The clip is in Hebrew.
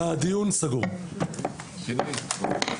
הישיבה ננעלה בשעה